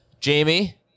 Jamie